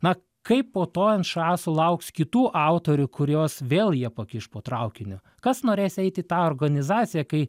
na kaip po to nša sulauks kitų autorių kuriuos vėl jie pakiš po traukiniu kas norės eiti į tą organizaciją kai